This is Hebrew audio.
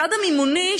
לצד המימוני,